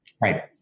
Right